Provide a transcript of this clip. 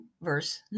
verse